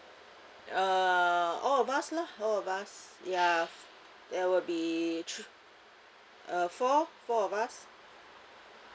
uh all of us lor all of us ya there will be three uh four four of us